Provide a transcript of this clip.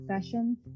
Sessions